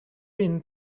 been